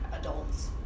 adults